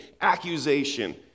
accusation